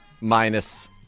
minus